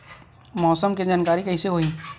मौसम के जानकारी कइसे होही?